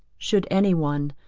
should any one,